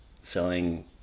selling